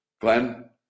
Glenn